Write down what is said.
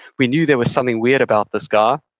we knew there was something weird about this guy,